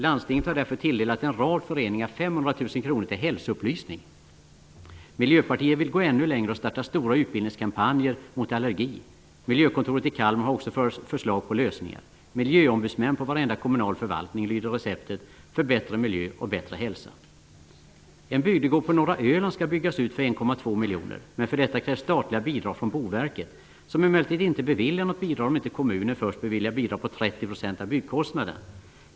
Landstinget har därför tilldelat en rad föreningar 500 000 kr till hälsoupplysning. Miljöpartiet vill gå ännu längre och starta stora utbildningskampanjer mot allergi. Miljökontoret i Kalmar har också förslag till lösningar. Miljöombudsmän på varenda kommunal förvaltning lyder receptet för bättre miljö och hälsa. 1,2 miljoner kronor. Men för detta krävs statliga bidrag från Boverket, som emellertid inte beviljar något bidrag om inte kommunen först beviljar bidrag till 30 % av byggkostnaden.